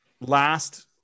Last